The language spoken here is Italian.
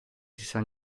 san